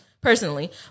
Personally